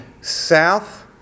South